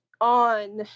on